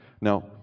Now